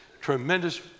tremendous